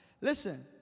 Listen